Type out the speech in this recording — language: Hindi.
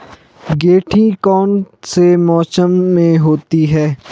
गेंठी कौन से मौसम में होती है?